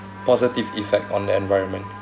positive effect on the environment